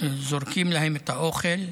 זורקים להם את האוכל,